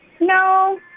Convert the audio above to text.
no